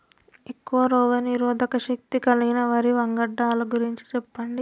ఎక్కువ రోగనిరోధక శక్తి కలిగిన వరి వంగడాల గురించి చెప్పండి?